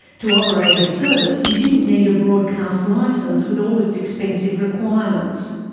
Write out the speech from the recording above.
to operate a service, you didn't need a broadcast license with all its expensive requirements.